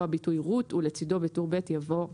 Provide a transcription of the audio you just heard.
מספר - יבוא הביטוי "רות" ולצדו בטור ב' יבוא "Roger".